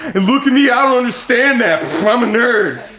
and look at me, i don't understand that. i'm a nerd.